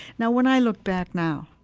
now, when i look back now,